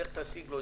לך תשיג.